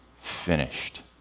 finished